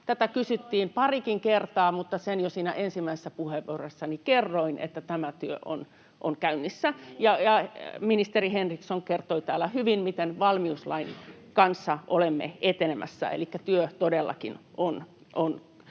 Tätä kysyttiin parikin kertaa, mutta sen jo siinä ensimmäisessä puheenvuorossani kerroin, että tämä työ on käynnissä. Ja ministeri Henriksson kertoi täällä hyvin, miten valmiuslain kanssa olemme etenemässä, elikkä työ todellakin on käynnissä.